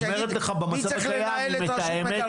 היא אומרת לך במצב הקיים היא מתאמת,